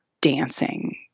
dancing